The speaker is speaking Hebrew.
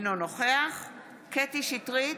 אינו נוכח קטי קטרין שטרית,